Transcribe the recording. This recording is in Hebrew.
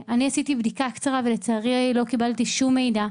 עשיתי בדיקה קצרה ולצערי לא קיבלתי שום מידע,